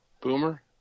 Boomer